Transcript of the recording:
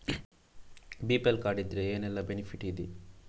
BPL card ಇದ್ರೆ ಏನೆಲ್ಲ benefit ಇದೆ?